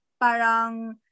parang